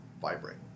vibrate